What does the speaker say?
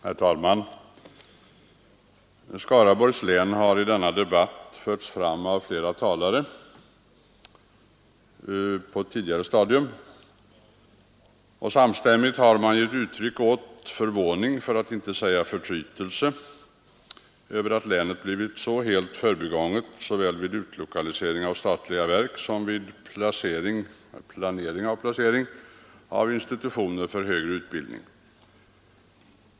Herr talman! Skaraborgs län har tidigare i denna debatt förts fram av flera talare. Samstämmigt har de givit uttryck åt förvåning — för att inte säga förtrytelse — över att länet blivit så helt förbigånget såväl vid utlokalisering av statliga verk som vid placering av institutioner för högre utbildning.